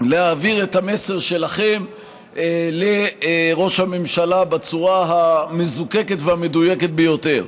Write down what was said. להעביר את המסר שלכם לראש הממשלה בצורה המזוקקת והמדויקת ביותר.